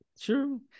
True